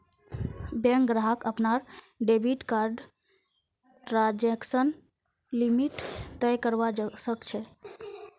bank ग्राहक अपनार debit कार्डर ट्रांजेक्शन लिमिट तय करवा सख छ